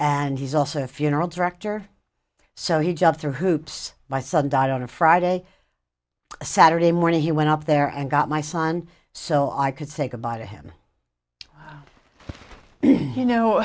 and he's also a funeral director so he jumped through hoops my son died on a friday saturday morning he went up there and got my son so i could say goodbye to him you know